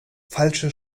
falsche